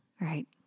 right